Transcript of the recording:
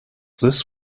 this